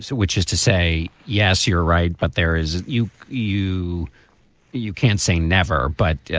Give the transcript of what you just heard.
so which is to say, yes, you're right. but there is you. you you can't say never, but.